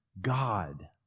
God